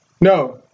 No